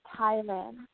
Thailand